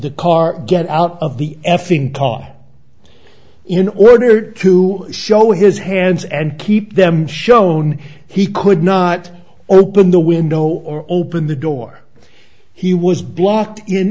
the car get out of the effing car in order to show his hands and keep them shown he could not open the window or open the door he was blocked in